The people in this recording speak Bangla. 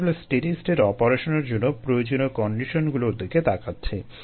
আমরা আসলে স্টেডি স্টেট অপারেশনের জন্য প্রয়োজনীয় কন্ডিশনগুলোর দিকে তাকাচ্ছি